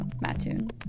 Mattoon